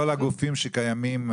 כל הגופים שקיימים,